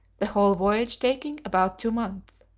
the whole voyage taking about two months.